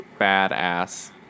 badass